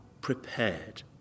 prepared